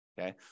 okay